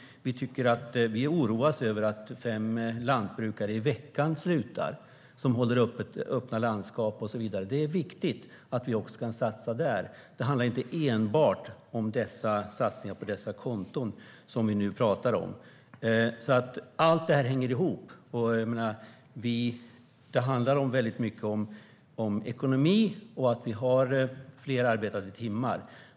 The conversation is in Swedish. Vi oroar oss över att fem lantbrukare i veckan slutar. De håller landskapen öppna och så vidare, och det är viktigt att vi kan satsa även där. Det handlar inte enbart om satsningarna på de konton vi nu talar om. Allt hänger ihop. Det handlar väldigt mycket om ekonomi och att vi har fler arbetade timmar.